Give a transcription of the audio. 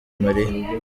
mariya